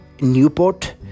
Newport